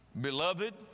Beloved